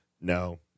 No